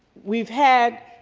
we've had